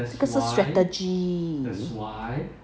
这个 strategy